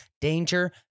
danger